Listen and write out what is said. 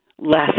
less